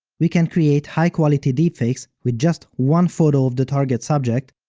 we can create high quality deepfakes with just one photo of the target subject,